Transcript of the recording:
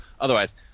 otherwise